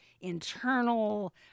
internal